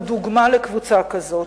הוא דוגמה לקבוצה כזאת.